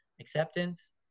acceptance